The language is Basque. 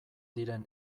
diren